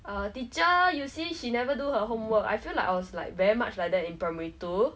err teacher you see she never do her homework I feel like I was like very much like that in primary two